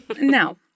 No